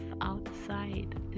outside